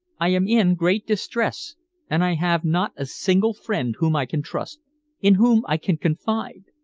i am in great distress and i have not a single friend whom i can trust in whom i can confide.